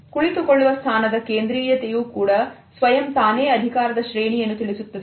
ಕುಳಿತುಕೊಳ್ಳುವ ಸ್ಥಾನದ ಕೇಂದ್ರೀಯ ತೆಯೂ ಸ್ವಯಂ ತಾನೇ ಅಧಿಕಾರದ ಶ್ರೇಣಿಯನ್ನು ತಿಳಿಸುತ್ತದೆ